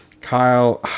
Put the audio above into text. Kyle